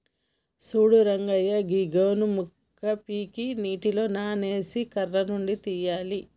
సూడు రంగయ్య గీ గోను మొక్క పీకి నీటిలో నానేసి కర్ర నుండి తీయాలి